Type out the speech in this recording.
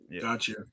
gotcha